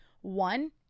One